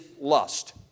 lust